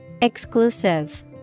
Exclusive